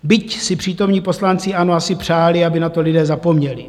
Byť si přítomní poslanci ANO asi přáli, aby na to lidé zapomněli.